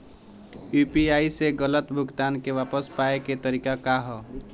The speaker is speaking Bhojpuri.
यू.पी.आई से गलत भुगतान के वापस पाये के तरीका का ह?